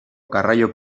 garraio